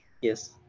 Yes